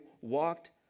walked